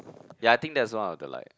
ya I think that's one of the like